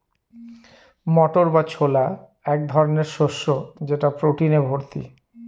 মটর বা ছোলা এক ধরনের শস্য যেটা প্রোটিনে ভর্তি